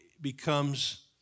becomes